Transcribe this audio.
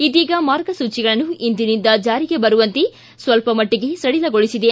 ಇದೀಗ ಮಾರ್ಗಸೂಚಿಗಳನ್ನು ಇಂದಿನಿಂದ ಜಾರಿಗೆ ಬರುವಂತೆ ಸ್ವಲ್ಪಮಟ್ಟಿಗೆ ಸಡಿಲಗೊಳಿಸಿದೆ